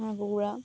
হাঁহ কুকুৰা